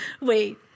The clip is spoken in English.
Wait